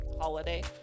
holiday